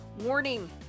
Warning